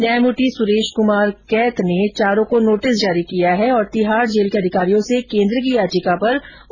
न्यायमूर्ति सुरेश कुमार कैत ने चारों को नोटिस जारी किया है और तिहाड़ जेल के अधिकारियों से केन्द्र की याचिका पर उनका जवाब मांगा है